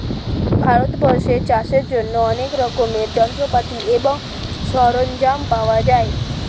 ভারতবর্ষে চাষের জন্য অনেক রকমের যন্ত্রপাতি এবং সরঞ্জাম পাওয়া যায়